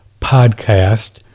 podcast